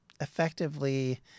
effectively